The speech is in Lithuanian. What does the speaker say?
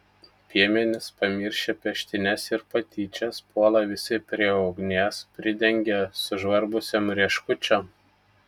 piemenys pamiršę peštynes ir patyčias puola visi prie ugnies pridengia sužvarbusiom rieškučiom